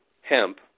hemp